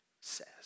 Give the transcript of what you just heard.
says